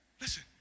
Listen